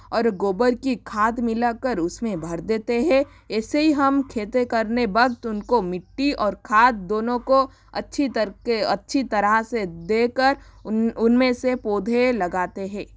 और गोबर की खाद मिलाकर उसमें भर देते हैं ऐसे ही हम खेती करने वक्त उनको मिट्टी और खाद दोनों को अच्छी के अच्छी तरह से दे कर उनमें से पौधे लगाते हैं